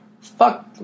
Fuck